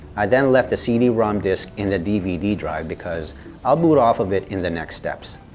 i then left the cd-rom disk in the dvd drive because i'll boot off of it in the next steps.